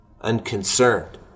unconcerned